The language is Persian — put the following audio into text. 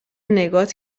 نگات